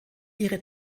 ihre